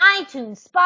iTunes